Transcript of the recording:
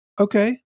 okay